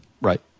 Right